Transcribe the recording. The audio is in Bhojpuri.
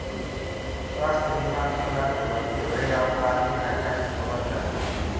स्वास्थ्य बीमा अस्पताल में भर्ती होये आउर बाद के खर्चा के कवर करला